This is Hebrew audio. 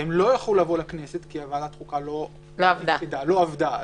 והם לא יכלו לבוא לכנסת כי ועדת החוקה לא עבדה אז,